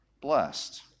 blessed